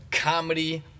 comedy